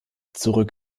zurück